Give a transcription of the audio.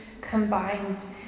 combined